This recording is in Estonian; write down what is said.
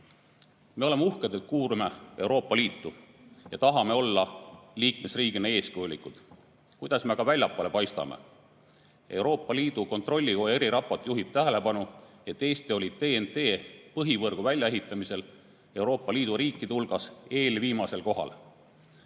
oleme uhked, et kuulume Euroopa Liitu, ja tahame olla liikmesriigina eeskujulikud. Kuidas me aga väljapoole paistame? Euroopa Liidu kontrollikoja eriraport juhib tähelepanu, et Eesti oli TEN‑T‑põhivõrgu väljaehitamisel Euroopa Liidu riikide hulgas eelviimasel kohal.